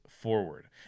forward